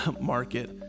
market